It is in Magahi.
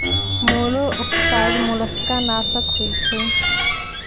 मोलॉक्साइड्स मोलस्का नाशक होइ छइ